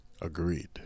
Agreed